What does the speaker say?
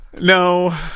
No